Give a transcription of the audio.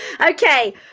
Okay